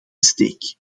steek